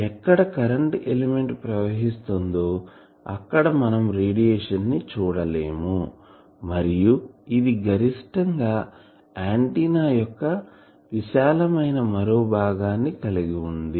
ఎక్కడ current element ప్రవహిస్తుందో అక్కడ మనం రేడియేషన్ ని చూడలేము మరియు ఇది గరిష్టం గా ఆంటిన్నా యొక్క విశాలమైన మరొక భాగాన్ని కలిగి వుంది